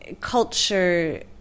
Culture